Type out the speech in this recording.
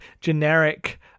generic